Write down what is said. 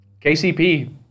KCP